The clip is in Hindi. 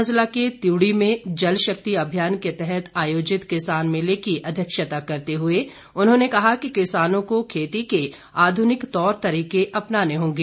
उना जिला के त्यूड़ी में जल शक्ति अभियान के तहत आयोजित किसान मेले की अध्यक्षता करते हुए उन्होंने कहा कि किसानों को खेती के आध्रनिक तौर तरीके अपनाने होंगे